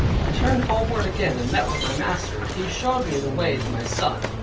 i turned homeward again, and met with my master. he showed me the way to my son.